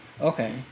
okay